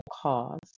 cause